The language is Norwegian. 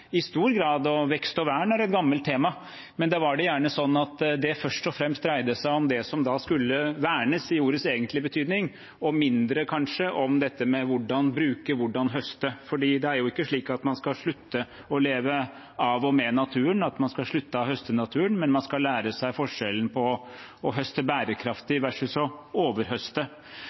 og vekst og vern er et gammelt tema, men da var det gjerne sånn at det først og fremst dreide seg om det som skulle vernes, i ordets egentlige betydning, og kanskje mindre om hvordan bruke og høste. Man skal jo ikke slutte å leve av og med naturen og slutte å høste av naturen, men man skal lære seg forskjellen mellom å høste bærekraftig